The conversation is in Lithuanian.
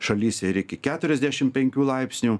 šalyse ir iki ketursiadešim penkių laipsnių